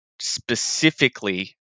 specifically